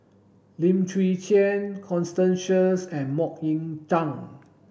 Lim Chwee Chian Constance Sheares and Mok Ying Jang